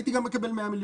הייתי גם מקבל 100 מיליון.